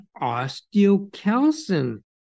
osteocalcin